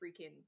freaking